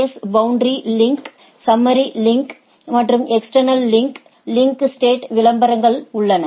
S boundary ரவுட்டரிக்கான summary link மற்றும் external link போன்ற லிங்க் ஸ்டேட் விளம்பரங்களை உள்ளன